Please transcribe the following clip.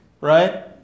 Right